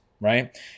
right